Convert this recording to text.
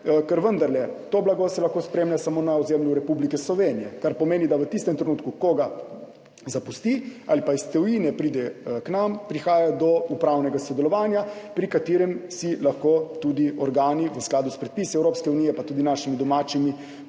ker se to blago vendarle lahko spremlja samo na ozemlju Republike Slovenije, kar pomeni, da v tistem trenutku, ko ga zapusti ali pa iz tujine pride k nam, prihaja do upravnega sodelovanja, pri katerem si lahko tudi organi v skladu s predpisi Evropske unije, pa tudi našimi domačimi,